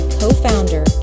co-founder